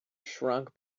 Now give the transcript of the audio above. shrunk